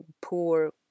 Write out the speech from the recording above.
poor